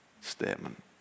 statement